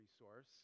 resource